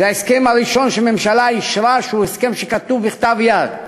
זה ההסכם הראשון שהממשלה אישרה שהוא הסכם שכתוב בכתב יד,